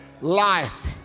life